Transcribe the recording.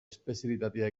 espezialitatea